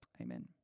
Amen